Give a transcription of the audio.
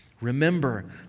Remember